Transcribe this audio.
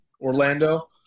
Orlando